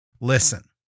listen